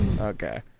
Okay